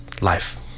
life